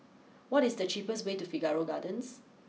what is the cheapest way to Figaro Gardens